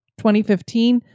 2015